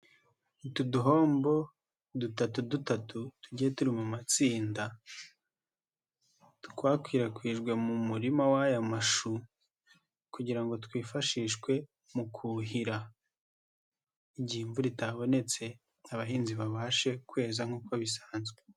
Utu duhombo dutatu dutatu, tugiye turi mu matsinda, twakwirakwijwe mu murima w'aya mashu kugira ngo twifashishwe mu kuhira, igihe imvura itabonetse, abahinzi babashe kweza nk'uko bisanzwe.